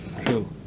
True